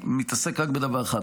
אני מתעסק רק בדבר אחד,